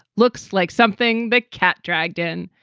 looks like something big cat dragged in.